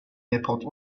airport